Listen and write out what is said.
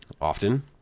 often